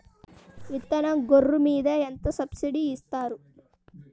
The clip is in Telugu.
విత్తనం గొర్రు మీద ఎంత సబ్సిడీ ఇస్తారు?